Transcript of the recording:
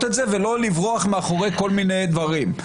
את זה ולא לברוח מאחורי כל מיני דברים.